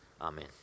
Amen